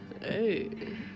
Hey